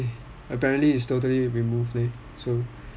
apparently it's totally removed leh